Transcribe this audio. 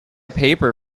paper